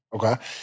Okay